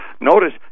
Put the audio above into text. Notice